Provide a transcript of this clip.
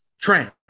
train